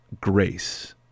Grace